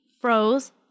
froze